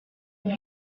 buis